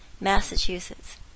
Massachusetts